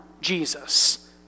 Jesus